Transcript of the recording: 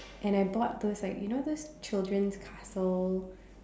and I bought those like you know those children's castle